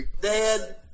Dad